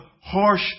harsh